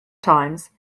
times